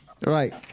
right